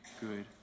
good